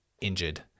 injured